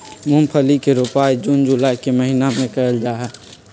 मूंगफली के रोपाई जून जुलाई के महीना में कइल जाहई